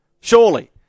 Surely